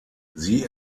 sie